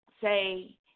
say